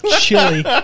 chili